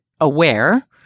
aware